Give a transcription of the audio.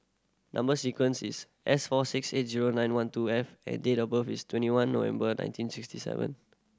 number sequence is S four six eight zero nine one two F and date of birth is twenty one November nineteen sixty seven